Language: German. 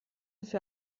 für